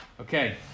Okay